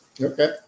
Okay